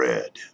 Red